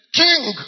king